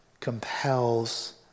compels